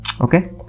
Okay